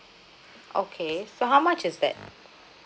okay so how much is that